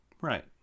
Right